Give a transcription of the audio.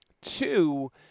Two